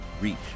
reach